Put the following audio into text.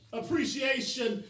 appreciation